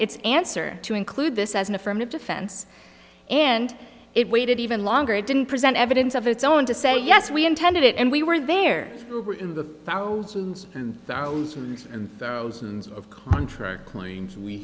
its answer to include this as an affirmative defense and it waited even longer didn't present evidence of its own to say yes we intended it and we were there who were in the thousands and thousands and thousands of contract claims we